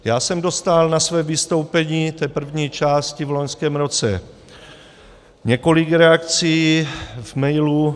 Já jsem dostal na své vystoupení, té první části, v loňském roce několik reakcí v mailu.